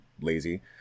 lazy